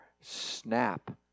snap